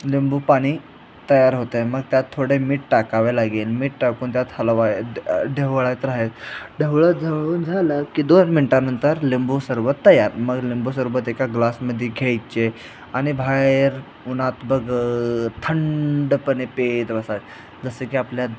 लिंबू पाणी तयार होतं आहे मग त्यात थोडे मीठ टाकावे लागेल मीठ टाकून त्यात हलवा ढेवळ्यात राहाय ढेवळं ढवळून झालं की दोन मिनटानंतर लिंबू सरबत तयार मग लिंबू सरबत एका ग्लासमध्ये घ्यायचे आणि बाहेर उन्हात बघ थंडपणे पीत बसायचे जसं की आपल्या